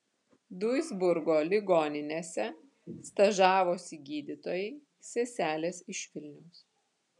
duisburgo ligoninėse stažavosi gydytojai seselės iš vilniaus